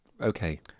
okay